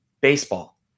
baseball